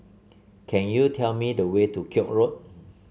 can you tell me the way to Koek Road